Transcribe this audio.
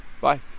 Bye